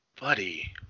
Buddy